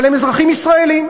אבל הם אזרחים ישראלים,